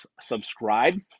subscribe